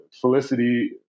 Felicity